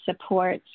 support